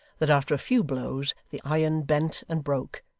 that after a few blows the iron bent and broke,